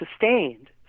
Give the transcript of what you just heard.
sustained